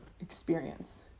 experience